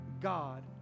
God